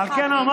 ועל כן אמרתי,